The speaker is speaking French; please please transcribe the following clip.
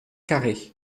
carré